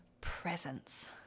presence